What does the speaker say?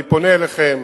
אני פונה אליכם